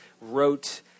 wrote